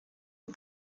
aux